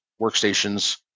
workstations